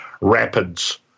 rapids